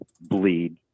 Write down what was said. bleed